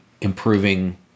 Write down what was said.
improving